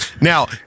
now